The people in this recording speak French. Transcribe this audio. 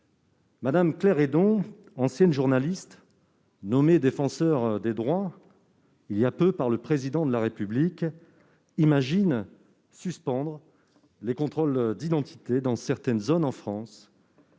Mme Claire Hédon, ancienne journaliste nommée Défenseure des droits il y a peu par le Président de la République, imagine suspendre les contrôles d'identité dans certaines zones en France,